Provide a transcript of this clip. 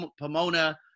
Pomona